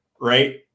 right